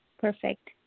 Perfect